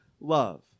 love